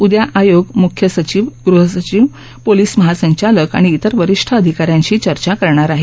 उद्या आयोग मुख्य सचीव गृह सचिव पोलिस महासंचालक आणि तिर वरिष्ठ अधिका यांशी चर्चा करणार आहे